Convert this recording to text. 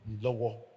lower